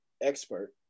expert